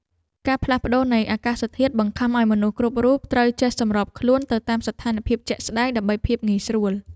ការផ្លាស់ប្តូរនៃអាកាសធាតុបង្ខំឱ្យមនុស្សគ្រប់រូបត្រូវចេះសម្របខ្លួនទៅតាមស្ថានភាពជាក់ស្តែងដើម្បីភាពងាយស្រួល។